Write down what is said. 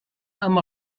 amb